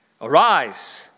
Arise